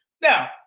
Now